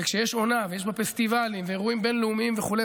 וכשיש עונה ויש בה פסטיבלים ואירועים בין-לאומיים וכו',